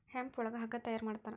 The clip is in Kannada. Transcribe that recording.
ಹೆಂಪ್ ಒಳಗ ಹಗ್ಗ ತಯಾರ ಮಾಡ್ತಾರ